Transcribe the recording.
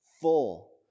full